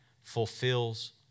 fulfills